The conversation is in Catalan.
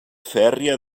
fèrria